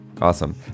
awesome